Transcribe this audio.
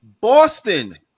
Boston